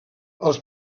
els